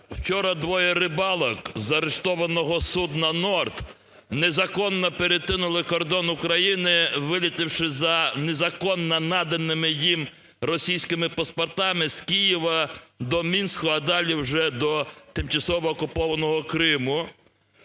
вчора двоє рибалок заарештованого судна "Норд" незаконно перетнули кордон України, вилетівши за незаконно наданими їм російськими паспортами з Києва до Мінську, а далі вже до тимчасово окупованого Криму.